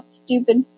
stupid